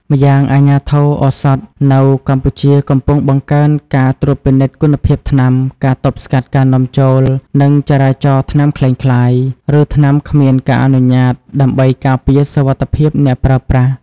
ម្យ៉ាងអាជ្ញាធរឱសថនៅកម្ពុជាកំពុងបង្កើនការត្រួតពិនិត្យគុណភាពថ្នាំ ការទប់ស្កាត់ការនាំចូល និងចរាចរណ៍ថ្នាំក្លែងក្លាយ ឬថ្នាំគ្មានការអនុញ្ញាត ដើម្បីការពារសុវត្ថិភាពអ្នកប្រើប្រាស់។